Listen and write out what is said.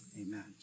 Amen